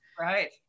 right